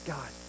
God